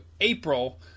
April